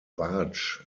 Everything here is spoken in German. bartsch